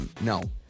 no